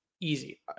Easy